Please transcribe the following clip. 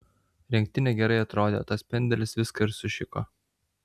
rinktinė gerai atrodė o tas pendelis viską ir sušiko